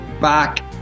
back